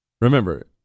Remember